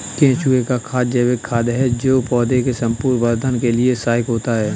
केंचुए का खाद जैविक खाद है जो पौधे के संपूर्ण वर्धन के लिए सहायक होता है